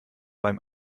beim